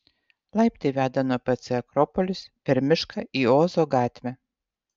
laiptai veda nuo pc akropolis per mišką į ozo gatvę